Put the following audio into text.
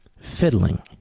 Fiddling